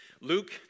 Luke